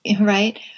right